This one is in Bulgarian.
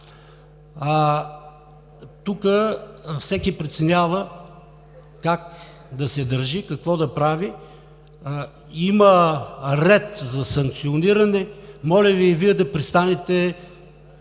тук всеки преценява как да се държи, какво да прави. Има ред за санкциониране – моля Ви и Вие да престанете